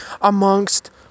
amongst